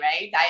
right